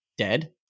dead